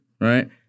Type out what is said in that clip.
right